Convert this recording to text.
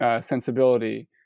sensibility